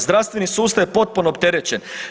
Zdravstveni sustav je potpuno opterećen.